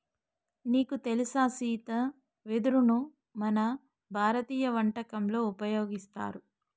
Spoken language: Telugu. నీకు తెలుసా సీతి వెదరును మన భారతీయ వంటకంలో ఉపయోగిస్తారు